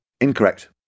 Incorrect